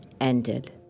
ended